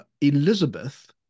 Elizabeth